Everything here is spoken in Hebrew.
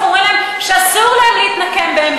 ואנחנו אומרים להם שאסור להם להתנקם בהם,